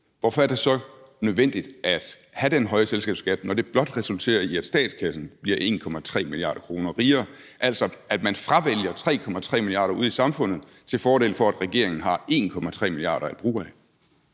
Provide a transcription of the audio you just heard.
hvorfor er det så nødvendigt at have den høje selskabsskat, når det blot resulterer i, at statskassen bliver 1,3 mia. kr. rigere? Man fravælger altså 3,3 mia. kr. ud i samfundet, til fordel for at regeringen har 1,3 mia. kr. at bruge af.